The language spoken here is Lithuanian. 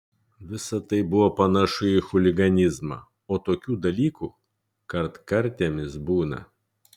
visa tai buvo panašu į chuliganizmą o tokių dalykų kartkartėmis būna